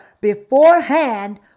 beforehand